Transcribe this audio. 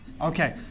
Okay